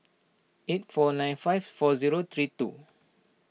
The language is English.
eight four nine five four zero three two